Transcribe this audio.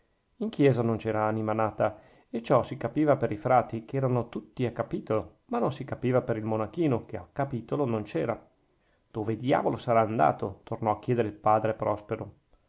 in chiesa non c'era anima nata e ciò si capiva per i frati che erano tutti a capitolo ma non si capiva per il monachino che a capitolo non c'era dove diavolo sarà andato tornò a chiedere il padre prospero